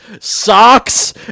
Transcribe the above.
socks